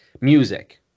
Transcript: music